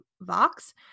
vox